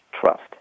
trust